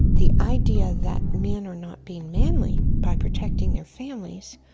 the idea that men are not being manly by protecting their families,